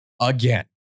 again